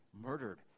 murdered